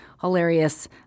hilarious